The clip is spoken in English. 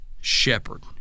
shepherd